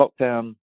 lockdown